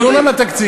דיון על התקציב,